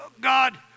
God